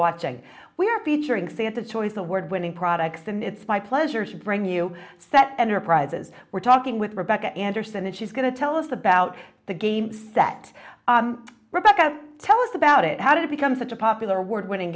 watching we're featuring santa choice award winning products and it's my pleasure to bring you that enterprises we're talking with rebecca anderson and she's going to tell us about the games that rebecca tell us about it how did it become such a popular word winning